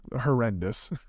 horrendous